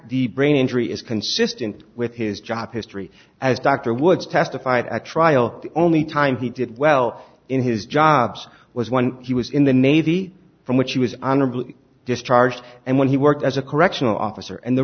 the brain injury is consistent with his job history as dr woods testified at trial the only time he did well in his jobs was one he was in the navy from which he was honorably discharged and when he worked as a correctional officer and the